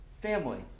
Family